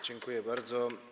Dziękuję bardzo.